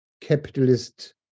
capitalist